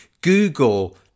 Google